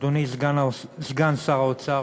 אדוני סגן שר האוצר,